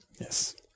Yes